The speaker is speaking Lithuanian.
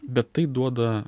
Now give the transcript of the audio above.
bet tai duoda